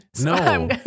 No